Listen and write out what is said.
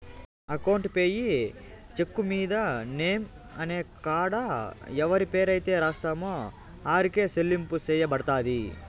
account payee cheque మీద name అనే కాడ ఎవరి పేరైతే రాస్తామో ఆరికే సెల్లింపు సెయ్యబడతది